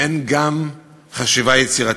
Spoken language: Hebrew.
אין גם חשיבה יצירתית,